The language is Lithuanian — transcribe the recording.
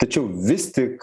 tačiau vis tik